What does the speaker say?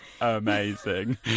amazing